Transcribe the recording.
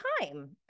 time